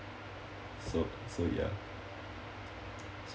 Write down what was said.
so so ya